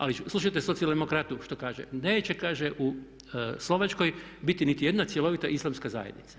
Ali slušajte socijaldemokratu što kaže, neće kaže u Slovačkoj biti niti jedna cjelovita islamska zajednica.